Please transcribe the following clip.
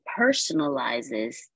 personalizes